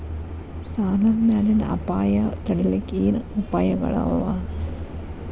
ಸಾಲದ್ ಮ್ಯಾಲಿನ್ ಅಪಾಯ ತಡಿಲಿಕ್ಕೆ ಏನ್ ಉಪಾಯ್ಗಳವ?